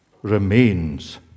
Remains